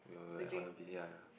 we were at Holland-V ya ya